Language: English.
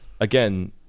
again